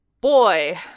boy